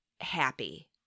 happy